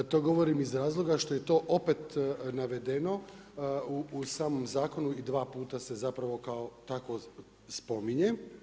To govorim iz razloga što je to opet navedeno u samom zakonu i dva puta se zapravo kao takvo spominje.